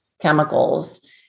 chemicals